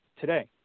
today